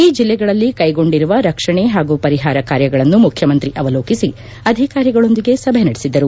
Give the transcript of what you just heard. ಈ ಜಿಲ್ಲೆಗಳಲ್ಲಿ ಕೈಗೊಂಡಿರುವ ರಕ್ಷಣೆ ಹಾಗೂ ಪರಿಹಾರ ಕಾರ್ಯಗಳನ್ನು ಮುಖ್ಯಮಂರಿ ಅವಲೋಕಿಸಿ ಅಧಿಕಾರಿಗಳೊಂದಿಗೆ ಸಭೆ ನಡೆಸಿದರು